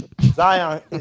Zion